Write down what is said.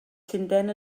llundain